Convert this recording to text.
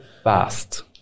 Fast